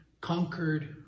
conquered